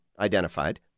identified